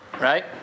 right